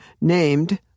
named